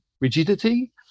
rigidity